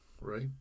right